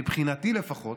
מבחינתי לפחות,